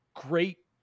great